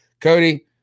Cody